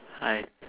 hi